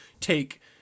take